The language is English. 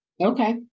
Okay